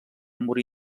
morir